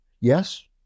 Yes